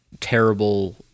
terrible